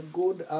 good